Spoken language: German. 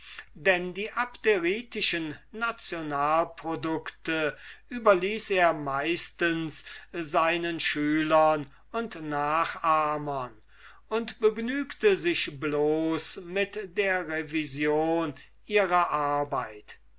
denn die abderitischen nationalproducte überließ er meistens seinen schülern und nachahmern und begnügte sich bloß mit der revision ihrer arbeit